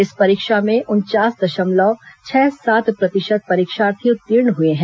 इस परीक्षा में उनचास दशमलव छह सात प्रतिशत परीक्षार्थी उत्तीर्ण हुए हैं